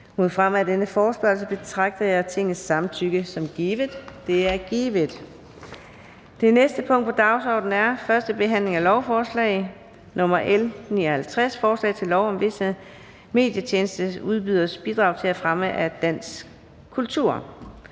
mod fremme af denne forespørgsel, betragter jeg Tingets samtykke som givet. Det er givet. --- Det næste punkt på dagsordenen er: 3) 1. behandling af lovforslag nr. L 159: Forslag til lov om visse medietjenesteudbyderes bidrag til fremme af dansk kultur